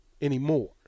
anymore